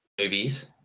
movies